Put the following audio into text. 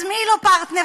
אז מי לא פרטנר,